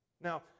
Now